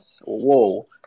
Whoa